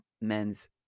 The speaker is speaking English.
men's